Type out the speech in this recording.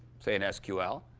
say an sql,